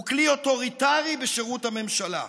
הוא כלי אוטוריטרי בשירות הממשלה.